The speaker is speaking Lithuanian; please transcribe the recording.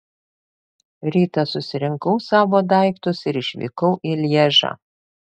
rytą susirinkau savo daiktus ir išvykau į lježą